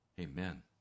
Amen